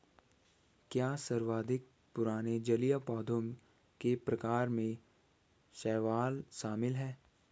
क्या सर्वाधिक पुराने जलीय पौधों के प्रकार में शैवाल शामिल है?